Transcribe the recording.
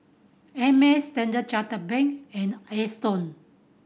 Ameltz Standard Chartered Bank and Aston